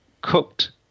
cooked